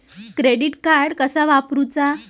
Credit card कसा वापरूचा?